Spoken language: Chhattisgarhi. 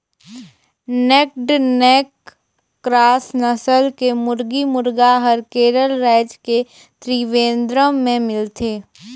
नैक्ड नैक क्रास नसल के मुरगी, मुरगा हर केरल रायज के त्रिवेंद्रम में मिलथे